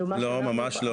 לא, ממש לא.